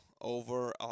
over